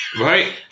Right